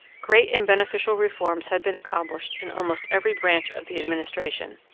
great and beneficial reforms had been accomplished in almost every branch of the administration.